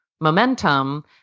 momentum